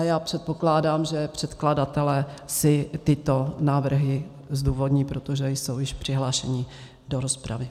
Já předpokládám, že předkladatelé si tyto návrhy zdůvodní, protože jsou již přihlášeni do rozpravy.